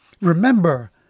Remember